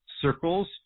circles